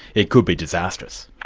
it could be disastrous.